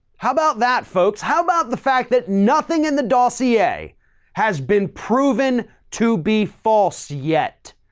how about that, folks? how about the fact that nothing in the dossier has been proven to be false yet?